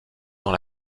dans